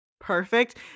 Perfect